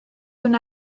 wna